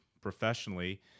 professionally